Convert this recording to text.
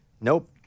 Nope